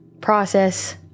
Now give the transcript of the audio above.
process